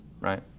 Right